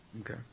Okay